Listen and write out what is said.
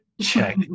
check